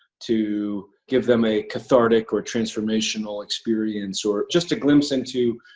to give them a cathartic or transformational experience, or just a glimpse into,